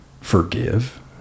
forgive